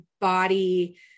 body